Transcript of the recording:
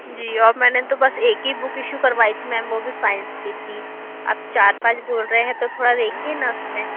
जी और मैंने तो बस एक ही बुक इशू करवाई थी मैम वह भी साइंस की थी आप चार पाँच बोल रहे हैं तो थोड़ा देखिए न उसमें